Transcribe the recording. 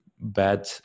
bad